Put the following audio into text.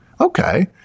Okay